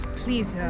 please